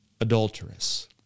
adulterous